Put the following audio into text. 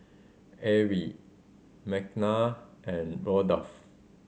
Arrie Makenna and Rudolph